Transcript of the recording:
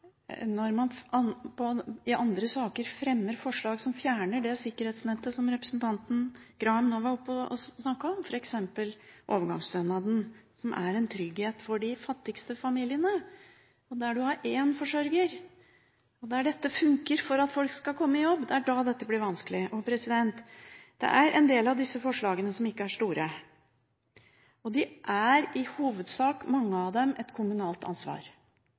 når man i andre saker fremmer forslag som fjerner det sikkerhetsnettet som representanten Graham nå var oppe og snakket om, f.eks. overgangsstønaden, som er en trygghet for de fattigste familiene der en har én forsørger. Dette funker for at folk skal komme i jobb. Det er da dette blir vanskelig. Det er en del av disse forslagene som ikke er store, og de er i hovedsak – mange av dem – et kommunalt ansvar.